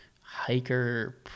Hiker